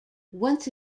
once